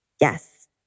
Yes